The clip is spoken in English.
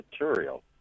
material